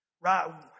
right